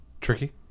Tricky